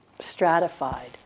stratified